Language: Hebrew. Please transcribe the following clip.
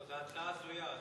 אבל זו הצעה הזויה.